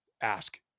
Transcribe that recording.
ask